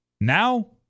Now